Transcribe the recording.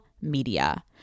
media